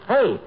Hey